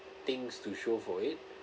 things to show for it